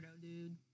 dude